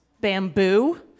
Bamboo